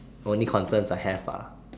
only concerns I have ah